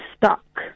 stuck